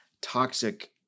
toxic